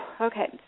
Okay